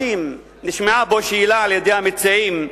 נשמעה פה שאלה על-ידי המציעים,